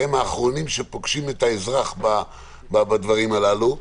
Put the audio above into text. שהם האחרונים שפוגשים את האזרח בדברים הללו.